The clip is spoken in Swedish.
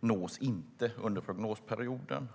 nås inte under prognosperioden.